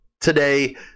today